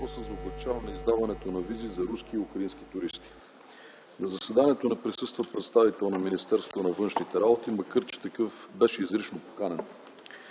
за облекчаване издаването на визи за руски и украински туристи. На заседанието не присъства представител на Министерството на външните работи, макар че такъв беше изрично поканен.